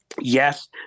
Yes